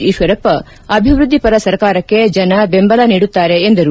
ಈಶ್ವರಪ್ಪ ಅಭಿವ್ವದ್ಧಿಪರ ಸರ್ಕಾರಕ್ಕೆ ಜನಬೆಂಬಲ ನೀಡುತ್ತಾರೆ ಎಂದರು